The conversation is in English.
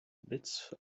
bits